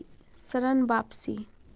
ऋण वापसी?